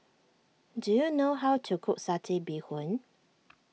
do you know how to cook Satay Bee Hoon